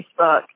Facebook